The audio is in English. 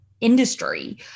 industry